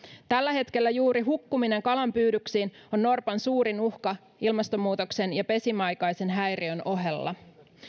tällä hetkellä juuri hukkuminen kalanpyydyksiin on norpan suurin uhka ilmastonmuutoksen ja pesimäaikaisen häiriön ohella